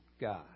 God